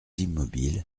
immobile